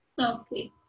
okay